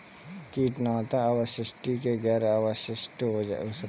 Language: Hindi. कीटनाशक अवशिष्ट और गैर अवशिष्ट हो सकते हैं